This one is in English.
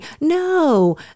no